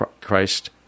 Christ